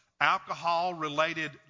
alcohol-related